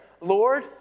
Lord